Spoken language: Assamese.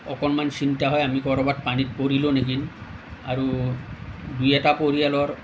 অকণমান চিন্তা হয় আমি ক'ৰবাত পানী পৰিলোঁ নেকি আৰু দুই এটা পৰিয়ালৰ